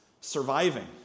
surviving